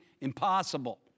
impossible